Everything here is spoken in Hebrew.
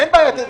אין בעיה,